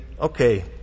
Okay